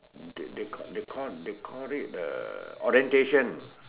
they call they call they call it orientation